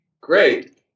great